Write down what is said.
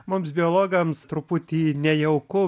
mums biologams truputį nejauku